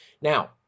Now